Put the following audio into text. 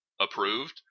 approved